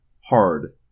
Hard